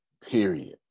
period